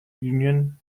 union